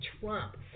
Trump